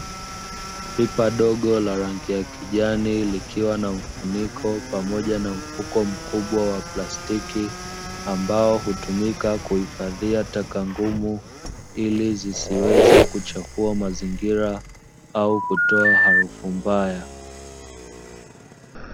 Pipa kubwa la rangi ya kijani likiwa na mfuniko pamoja na mfuko mkubwa wa plastiki, ambao hutumika kuhifadhia taka ngumu ili zisiweze kuchafua mazingira au kutoa harufu mbaya.